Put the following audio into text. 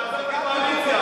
תעזוב את הקואליציה.